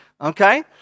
Okay